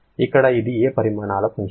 ఇక్కడ ఇది ఏ పరిమాణాల ఫంక్షన్